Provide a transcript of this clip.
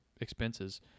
expenses